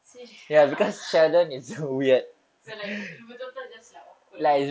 serious ah ah so like betul betul just like awkward lah